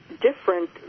different